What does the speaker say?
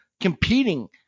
competing